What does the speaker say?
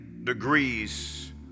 degrees